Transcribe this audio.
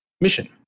mission